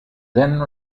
then